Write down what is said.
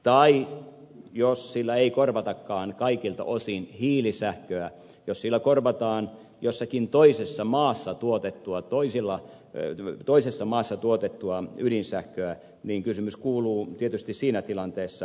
tai jos sillä ei korvatakaan kaikilta osin hiilisähköä jos sillä korvataan jossakin toisessa maassa tuotettua toisilla löytyy toisessa maassa tuotettua ydinsähköä niin kysymys kuuluu tietysti siinä tilanteessa